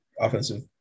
offensive